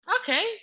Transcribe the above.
okay